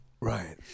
Right